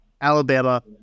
Alabama